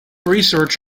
research